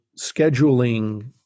scheduling